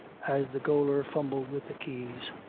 as the gaoler fumbled with the keys,